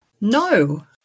No